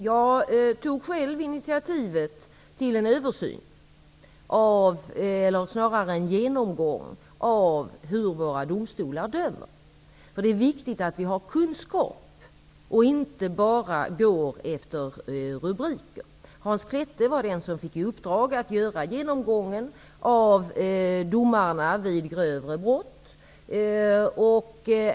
Jag tog själv initiativet till en översyn, eller snarare en genomgång av hur våra domstolar dömer. Det är viktigt att vi har kunskap om detta och inte bara går efter rubriker. Hans Klette var den som fick i uppdrag att göra genomgången av domarna vid grövre brott.